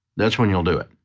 that's when you'll do it.